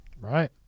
Right